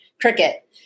cricket